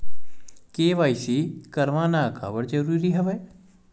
KYC करवाना काबर जरूरी हवय?